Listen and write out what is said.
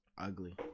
Ugly